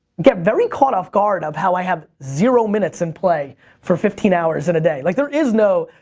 get very caught off guard of how i have zero minutes in play for fifteen hours in a day. like there is no,